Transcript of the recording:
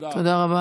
תודה רבה.